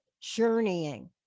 journeying